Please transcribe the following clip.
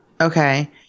Okay